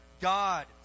God